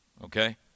Okay